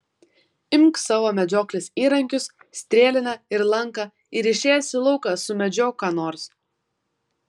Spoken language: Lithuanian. imk savo medžioklės įrankius strėlinę ir lanką ir išėjęs į lauką sumedžiok ką nors